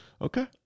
okay